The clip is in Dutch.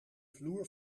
vloer